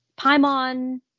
Paimon